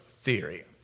theory